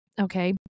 Okay